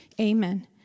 Amen